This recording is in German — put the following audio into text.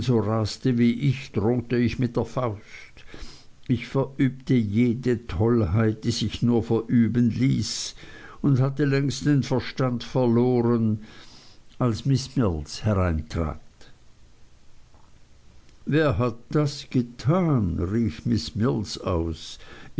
wie ich drohte ich mit der faust ich verübte jede tollheit die sich nur verüben ließ und hatte längst den verstand verloren als miß mills hereintrat wer hat das getan rief miß mills aus